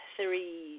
three